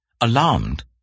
Alarmed